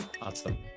Awesome